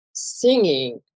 singing